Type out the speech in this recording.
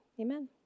amen